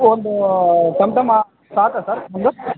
ಒಂದು ಸಾಕಾ ಸರ್ ಒಂದು